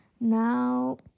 Now